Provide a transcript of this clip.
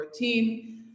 2014